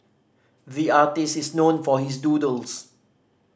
the artist is known for his doodles